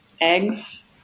Eggs